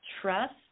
trust